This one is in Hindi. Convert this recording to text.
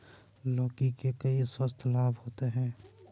लौकी के कई स्वास्थ्य लाभ होते हैं